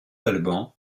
alban